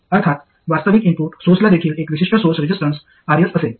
अर्थात वास्तविक इनपुट सोर्सला देखील एक विशिष्ट सोर्स रेजिस्टन्स Rs असेल